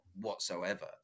whatsoever